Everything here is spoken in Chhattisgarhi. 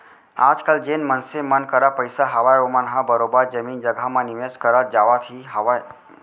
आजकल जेन मनसे मन करा पइसा हावय ओमन ह बरोबर जमीन जघा म निवेस करत जावत ही हावय